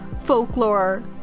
folklore